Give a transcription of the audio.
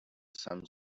some